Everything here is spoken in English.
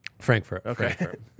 Frankfurt